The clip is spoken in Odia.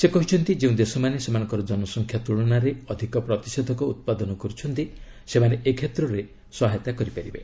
ସେ କହିଛନ୍ତି ଯେଉଁ ଦେଶମାନେ ସେମାନଙ୍କ ଜନସଂଖ୍ୟା ତ୍କଳନାରେ ଅଧିକ ପ୍ରତିଷେଧକ ଉତ୍ପାଦନ କରୁଛନ୍ତି ସେମାନେ ଏ କ୍ଷେତ୍ରରେ ସହାୟତା କରିପାରିବେ